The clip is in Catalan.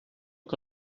que